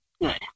good